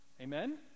Amen